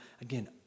again